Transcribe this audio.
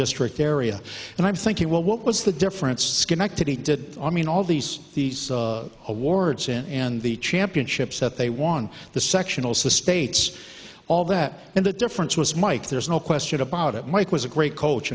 district area and i'm thinking well what was the difference schenectady did i mean all these these awards and the championships that they won the sectionals the state's all that and the difference was mike there's no question about it mike was a great coach